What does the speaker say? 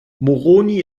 moroni